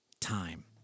time